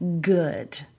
good